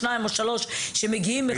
שניים או שלושה שמגיעים מחו"ל.